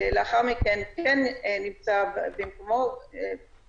נשמע את זה מהמשטרה.